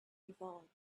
evolved